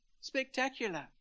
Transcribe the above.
Spectacular